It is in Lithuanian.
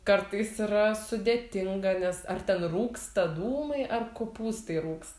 kartais yra sudėtinga nes ar ten rūksta dūmai ar kopūstai rūgs